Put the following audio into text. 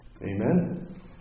Amen